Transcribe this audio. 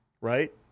right